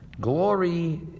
glory